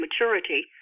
maturity